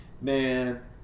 man